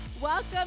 welcome